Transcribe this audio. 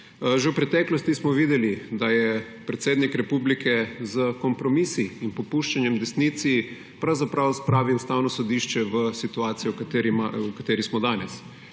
Že v preteklosti smo videli, da je predsednik republike s kompromisi in popuščanjem desnici pravzaprav spravil Ustavno sodišče v situacijo, v kateri smo danes,